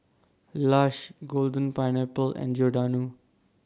Lush Golden Pineapple and Giordano